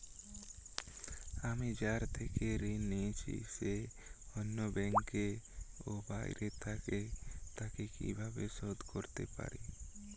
আমি যার থেকে ঋণ নিয়েছে সে অন্য ব্যাংকে ও বাইরে থাকে, তাকে কীভাবে শোধ করতে পারি?